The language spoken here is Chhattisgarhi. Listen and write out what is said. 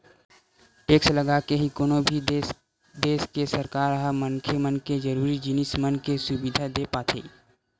टेक्स लगाके ही तो कोनो भी देस के सरकार ह मनखे मन के जरुरी जिनिस मन के सुबिधा देय पाथे